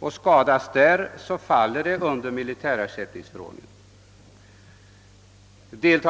därvid skadar sig, så faller detta inom militärersättningsförordningens ram.